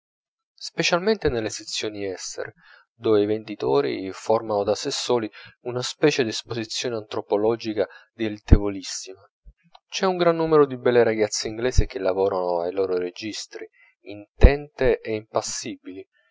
specialmente nelle sezioni estere dove i venditori formano da sè soli una specie d'esposizione antropologica dilettevolissima c'è un gran numero di belle ragazze inglesi che lavorano ai loro registri intente e impassibili